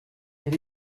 elle